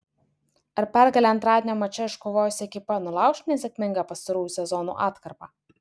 ar pergalę antradienio mače iškovojusi ekipa nulauš nesėkmingą pastarųjų sezonų atkarpą